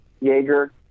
Jaeger